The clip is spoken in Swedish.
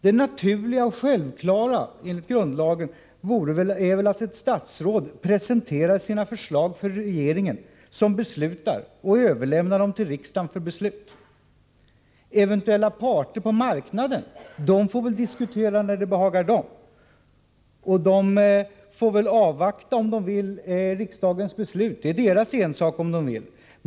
Det naturliga och självklara enligt grundlagen vore väl ändå att ett statsråd presenterade sina förslag för regeringen, som överlämnar dem till riksdagen för beslut. Eventuella parter på marknaden får väl diskutera när det behagar dem och, om de vill — det är deras ensak —, avvakta riksdagens beslut.